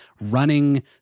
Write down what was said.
running